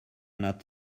not